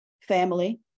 Family